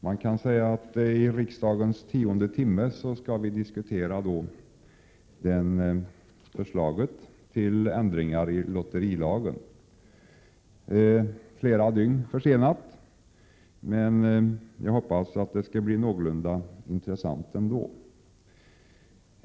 Herr talman! Man kan säga att vi i riksdagens tionde timme, flera dygn försenat, skall diskutera förslaget om ändring i lotterilagen. Jag hoppas att det skall bli någorlunda intressant ändå.